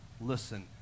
listen